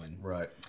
Right